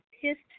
pissed